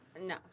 No